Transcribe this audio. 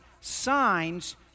signs